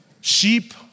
Sheep